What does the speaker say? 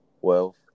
wealth